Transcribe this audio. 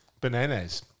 Bananas